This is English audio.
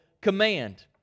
command